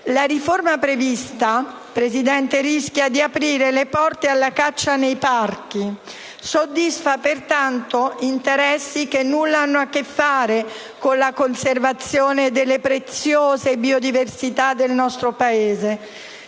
La riforma prevista rischia di aprire le porte alla caccia nei parchi, soddisfacendo pertanto interessi che nulla hanno a che fare con la conservazione delle preziose biodiversità nel nostro Paese.